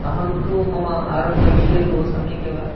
अहं तु मम अरोग्यविषये तु सम्यकेव